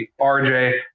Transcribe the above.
RJ